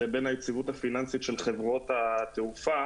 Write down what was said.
לבין היציבות הפיננסית של חברות התעופה